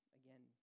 again